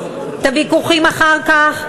את הוויכוחים אחר כך.